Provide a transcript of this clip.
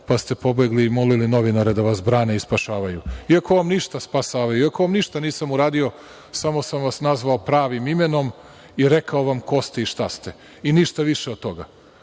pa ste pobegli i molili novinare da vas brane i spašavaju, iako vam ništa nisam uradio, samo sam vas nazvao pravim imenom i rekao vam ko ste i šta ste. I ništa više od toga.